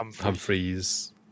Humphreys